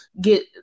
get